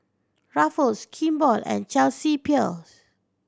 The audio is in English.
Ruffles Kimball and Chelsea Peers